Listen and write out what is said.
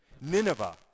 Nineveh